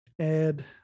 add